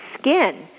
skin